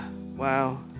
Wow